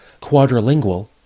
quadrilingual –